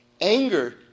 anger